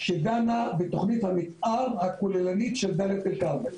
שדנה בתכנית המתאר הכוללנית של דאלית אל כרמל.